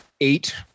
eight